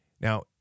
Now